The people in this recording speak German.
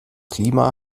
klima